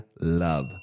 love